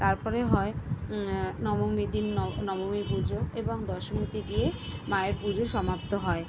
তারপরে হয় নবমীর দিন ন নবমী পুজো এবং দশমীতে গিয়ে মায়ের পুজো সমাপ্ত হয়